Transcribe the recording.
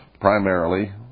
primarily